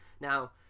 Now